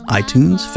iTunes